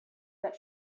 that